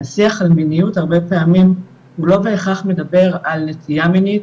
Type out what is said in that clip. השיח על מיניות הרבה פעמים הוא לא בהכרח מדבר על נטייה מינית